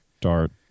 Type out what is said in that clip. Dart